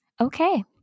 Okay